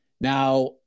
Now